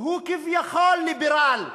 כי הוא כביכול ליברל.